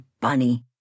bunny